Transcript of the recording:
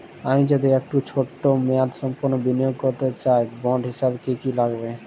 আমি যদি একটু ছোট মেয়াদসম্পন্ন বিনিয়োগ করতে চাই বন্ড হিসেবে কী কী লাগবে?